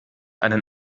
einen